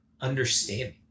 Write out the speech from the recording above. understanding